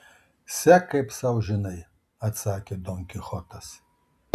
sek kaip sau žinai atsakė don kichotas